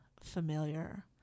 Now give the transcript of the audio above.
familiar